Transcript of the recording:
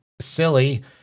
silly